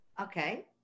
Okay